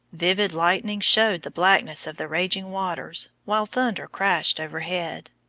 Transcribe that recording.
vivid lightning showed the blackness of the raging waters, while thunder crashed overhead.